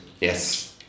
yes